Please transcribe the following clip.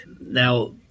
Now